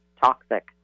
toxic